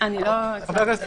אבל הוא לא סוכם פה